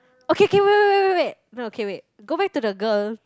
okay K wait wait wait wait no K wait go back to the girl